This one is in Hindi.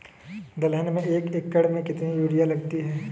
दलहन में एक एकण में कितनी यूरिया लगती है?